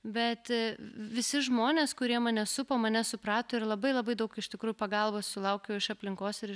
bet visi žmonės kurie mane supo mane suprato ir labai labai daug iš tikrųjų pagalbos sulaukiau iš aplinkos ir